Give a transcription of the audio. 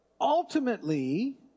ultimately